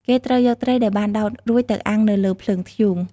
គេត្រូវយកត្រីដែលបានដោតរួចទៅអាំងនៅលើភ្លើងធ្យូង។